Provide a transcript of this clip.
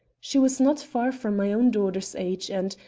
she was not far from my own daughter's age and,